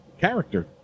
character